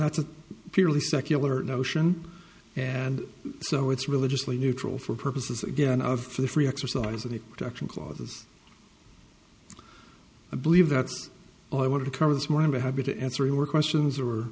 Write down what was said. that's a purely secular notion and so it's religiously neutral for purposes again of the free exercise and protection clauses i believe that's all i want to cover this morning be happy to answer your questions or